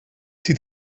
sie